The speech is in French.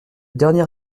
dernier